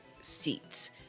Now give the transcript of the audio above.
seat